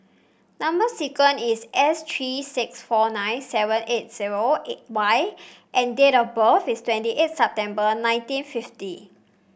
number sequence is S three six four nine seven eight zero O Y and date of birth is twenty eight September nineteen fifty